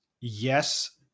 yes